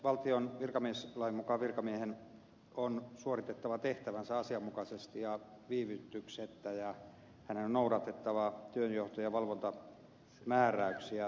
valtion virkamieslain mukaan virkamiehen on suoritettava tehtävänsä asianmukaisesti ja viivytyksettä ja hänen on noudatettava työnjohto ja valvontamääräyksiä